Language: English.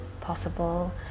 possible